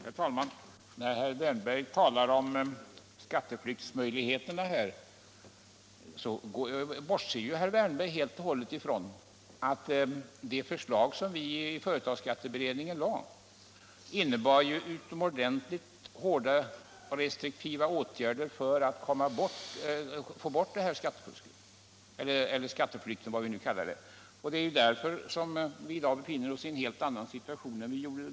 Herr talman! När herr Wärnberg talar om skatteflyktsmöjligheterna bortser han ju helt och hållet från att de förslag som vi i företagsskatteberedningen lade fram innebar utomordentligt hårda restriktioner för att få bort skatteflykten, eller vad vi kallar det. Det är ju därför vi i dag befinner oss i en helt annan situation än förut.